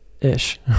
ish